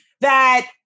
that-